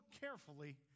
carefully